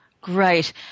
Great